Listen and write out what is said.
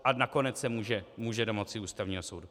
A nakonec se může domoci u Ústavního soudu.